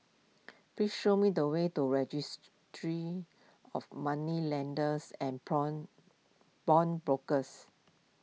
please show me the way to Registry of Moneylenders and brokers